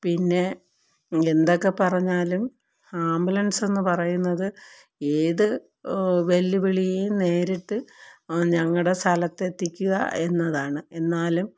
പിന്നെ എന്തൊക്കെ പറഞ്ഞാലും ആംബുലൻസെന്നു പറയുന്നത് ഏത് വെല്ലുവിളിയെയും നേരിട്ട് ഞങ്ങളുടെ സ്ഥലത്ത് എത്തിക്കുക എന്നതാണ് എന്നാലും